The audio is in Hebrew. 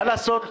מה לעשות?